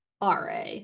RA